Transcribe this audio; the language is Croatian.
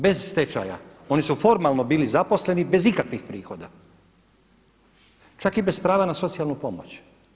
Bez stečaja oni su formalno bili zaposleni bez ikakvih prihoda, čak i bez prava na socijalnu pomoć.